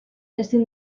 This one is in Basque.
ezin